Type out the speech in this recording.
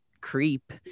creep